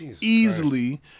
easily